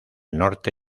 norte